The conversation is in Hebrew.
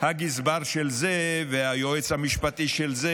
הגזבר של זה והיועץ המשפטי של זה,